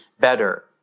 better